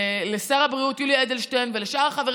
לשר הבריאות יולי אדלשטיין ולשאר החברים